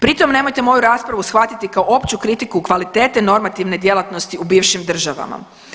Pri tom nemojte moju raspravu shvatiti kao opću kritiku kvalitete normativne djelatnosti u bivšim državama.